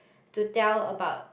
to tell about